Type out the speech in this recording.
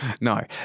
no